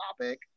topic